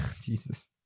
Jesus